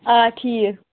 آ ٹھیٖک